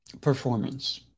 performance